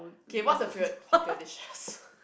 okay what's your favourite hawker dish